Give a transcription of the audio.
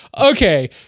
Okay